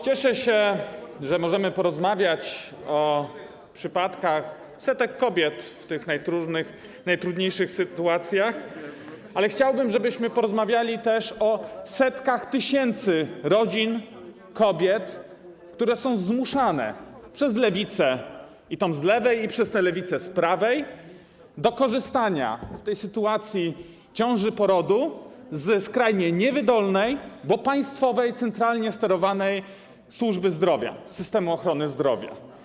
Cieszę się, że możemy porozmawiać o przypadkach setek kobiet w tych trudnych, najtrudniejszych sytuacjach, ale chciałbym, żebyśmy porozmawiali też o setkach tysięcy rodzin, kobiet, które są zmuszane przez lewicę - i tę z lewej, i tę z prawej - do korzystania w sytuacji ciąży, porodu ze skrajnie niewydolnej, bo państwowej, centralnie sterowanej służby zdrowia, z systemu ochrony zdrowia.